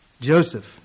Joseph